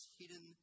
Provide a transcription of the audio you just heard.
hidden